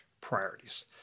priorities